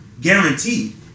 guaranteed